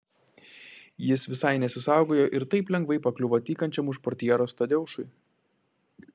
jis visai nesisaugojo ir taip lengvai pakliuvo tykančiam už portjeros tadeušui